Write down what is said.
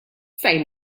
fejn